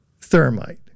thermite